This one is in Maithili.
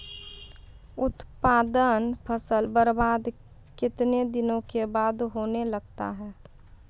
उत्पादन फसल बबार्द कितने दिनों के बाद होने लगता हैं?